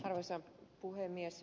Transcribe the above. arvoisa puhemies